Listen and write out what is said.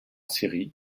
séries